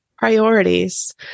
Priorities